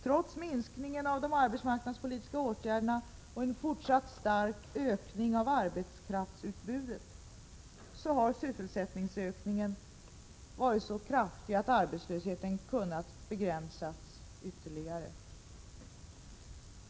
Trots minskningen av de arbetsmarknadspolitiska åtgärderna och en fortsatt stark ökning av arbetskraftsutbudet har sysselsättningsökningen varit så kraftig att arbetslösheten kunnat begränsas ytterligare.